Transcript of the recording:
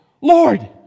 Lord